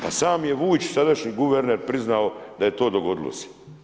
Pa sam je Vujčić, sadašnji guverner priznao da to dogodilo se.